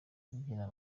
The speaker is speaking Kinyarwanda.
babyina